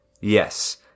Yes